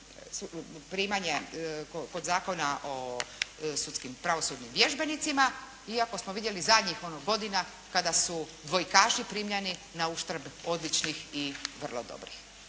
primanje kod Zakona o pravosudnim vježbenicima iako smo vidjeli zadnjih ono godina kada su dvojkaši primljeni na uštrb odličnih i vrlo dobrih.